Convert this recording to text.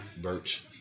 Birch